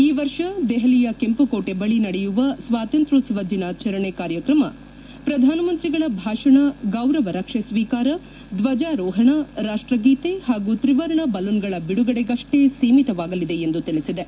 ಈ ವರ್ಷ ದೆಹಲಿಯ ಕೆಂಪುಕೋಟೆ ಬಳಿ ನಡೆಯುವ ಸ್ವಾತಂತ್ರ್ಕೋತ್ಲವ ದಿನಾಚರಣೆ ಕಾರ್ಯಕ್ರಮ ಪ್ರಧಾನಮಂತ್ರಿಗಳ ಭಾಷಣ ಗೌರವ ರಕ್ಷೆ ಸ್ವೀಕಾರ ಧ್ವಜಾರೋಹಣ ರಾಷ್ಲಗೀತೆ ಹಾಗೂ ತ್ರಿವರ್ಣ ಬಲೂನ್ಗಳ ಬಿಡುಗಡೆಗಷ್ಲೇ ಸೀಮಿತವಾಗಲಿದೆ ಎಂದು ತಿಳಿಸಿದೆ